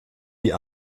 die